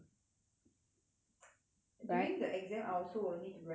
during the exam I also will need to respond to the examiner